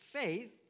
faith